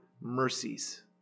mercies